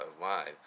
alive